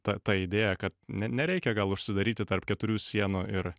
ta ta idėja kad ne nereikia gal užsidaryti tarp keturių sienų ir